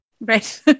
Right